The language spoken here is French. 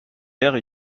vers